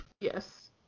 Yes